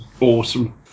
awesome